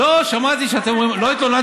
"ולא ישא גוי אל גוי חרב".